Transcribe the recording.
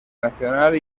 nacional